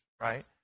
right